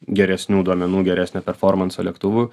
geresnių duomenų geresnio performanso lėktuvu